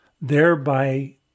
thereby